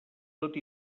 tot